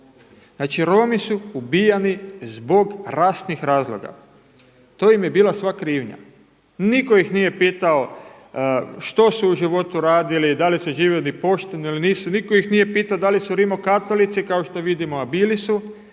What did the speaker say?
Znači Romi su uvijani zbog rasnih razloga, to im je bila sva krivnja. Nitko ih nije pitao što su u životu radili, da li su živjeli pošteno ili nisu, nitko ih nije pitao da li su rimokatolici, a kao što vidimo bili su,